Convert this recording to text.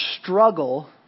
struggle